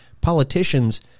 politicians